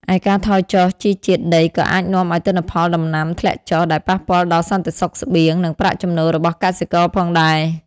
ឯការថយចុះជីជាតិដីក៏អាចនាំឱ្យទិន្នផលដំណាំធ្លាក់ចុះ ដែលប៉ះពាល់ដល់សន្តិសុខស្បៀង និងប្រាក់ចំណូលរបស់កសិករផងដែរ។